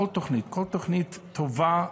כל תוכנית, כל תוכנית טובה,